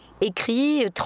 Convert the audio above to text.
écrit